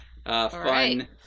Fun